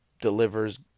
delivers